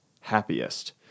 happiest